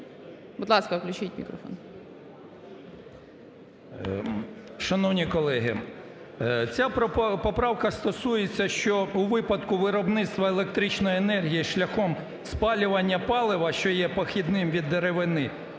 Будь ласка, включіть мікрофон.